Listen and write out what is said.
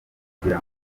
kugira